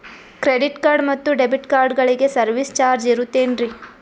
Credit card ಮತ್ತು debit ಕಾರ್ಡಗಳಿಗೆ service charge ಇರುತೇನ್ರಿ?